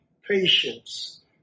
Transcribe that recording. patience